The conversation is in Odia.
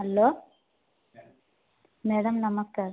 ହ୍ୟାଲୋ ମ୍ୟାଡ଼ାମ ନମସ୍କାର